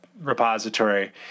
repository